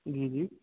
جی جی